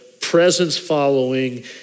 presence-following